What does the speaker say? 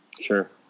Sure